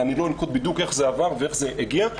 ואני לא אנקוט בדיוק איך זה עבר ואיך זה הגיע,